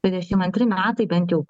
dvidešimt antri metai bent jau